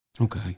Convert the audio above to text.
Okay